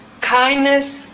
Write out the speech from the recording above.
kindness